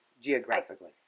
geographically